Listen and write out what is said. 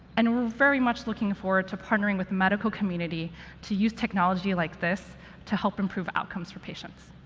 and we're very much looking forward to partnering with the medical community to use technology like this to help improve outcomes for patients.